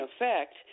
effect